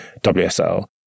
wsl